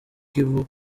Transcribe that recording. kivu